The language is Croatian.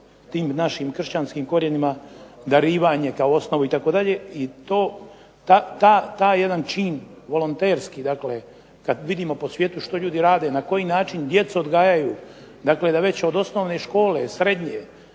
tim našim kršćanskim korijenima darivanje kao osnovu itd., i to, taj jedan čin volonterski dakle, kad vidimo po svijetu što ljudi rade, na koji način djecu odgajaju, dakle da već od osnovne škole, srednje,